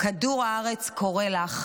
כדור הארץ קורא לך,